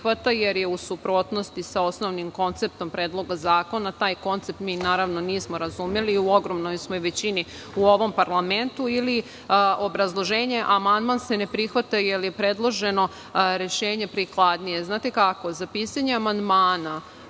jer je u suprotnosti sa osnovnim konceptom predloga zakona. Taj koncept mi, naravno, nismo razumeli. U ogromnoj smo većini u ovom parlamentu. Ili obrazloženje – amandman se ne prihvata jer je predloženo rešenje prikladnije. Znate, za pisanje amandmana